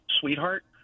sweetheart –